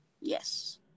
Yes